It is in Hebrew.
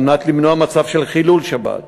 על מנת למנוע מצב של חילול שבת.